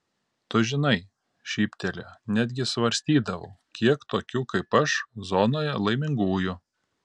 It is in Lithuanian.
tu žinai šyptelėjo netgi svarstydavau kiek tokių kaip aš zonoje laimingųjų